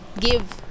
give